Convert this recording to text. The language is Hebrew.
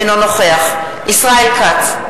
אינו נוכח ישראל כץ,